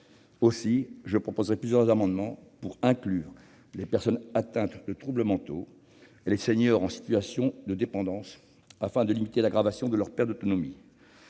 physique. Je proposerai donc plusieurs amendements pour inclure dans le dispositif les personnes atteintes de troubles mentaux et les seniors en situation de dépendance, afin de limiter l'aggravation de leur perte d'autonomie.